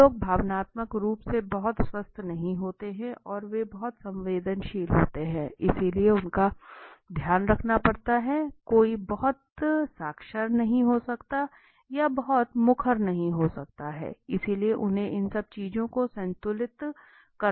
कुछ लोग भावनात्मक रूप से बहुत स्वस्थ नहीं होते हैं और वे बहुत संवेदनशील होते हैं इसलिए उनका ध्यान रखना पड़ता है कोई बहुत साक्षर नहीं हो सकता है या बहुत मुखर नहीं हो सकता है इसलिए उन्हें इन सभी चीजों को संतुलित करना होगा